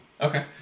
Okay